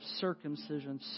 circumcision